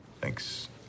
Thanks